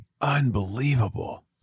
Unbelievable